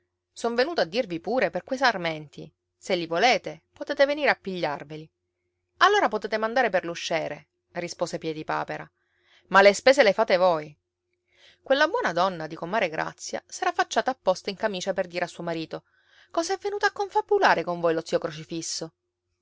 son venuto a dirvi pure per quei sarmenti se li volete potete venire a pigliarveli allora potete mandare per l'usciere rispose piedipapera ma le spese le fate voi quella buona donna di comare grazia s'era affacciata apposta in camicia per dire a suo marito cosa è venuto a confabulare con voi lo zio crocifisso